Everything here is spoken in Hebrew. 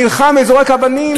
נלחם וזורק אבנים,